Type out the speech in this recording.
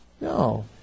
No